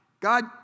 God